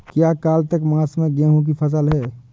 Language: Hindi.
क्या कार्तिक मास में गेहु की फ़सल है?